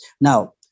Now